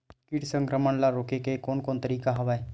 कीट संक्रमण ल रोके के कोन कोन तरीका हवय?